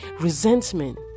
resentment